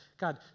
God